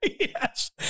Yes